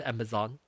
Amazon